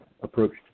approached